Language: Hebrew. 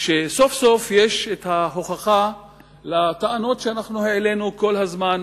שסוף-סוף יש ההוכחה לטענות שאנחנו העלינו כל הזמן,